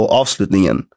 avslutningen